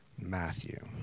Matthew